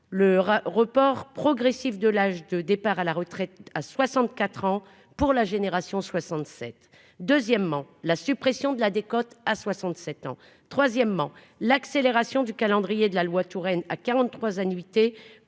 le report progressif de l'âge de départ à la retraite à 64 ans pour la génération 67, deuxièmement, la suppression de la décote à 67 ans, troisièmement l'accélération du calendrier de la loi Touraine à 43 annuités